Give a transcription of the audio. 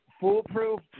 foolproof